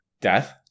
Death